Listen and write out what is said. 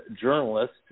journalist